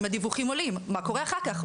אם הדיווחים עולים, מה קורה אחר כך?